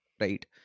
right